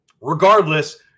Regardless